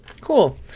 Cool